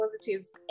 positives